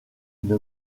une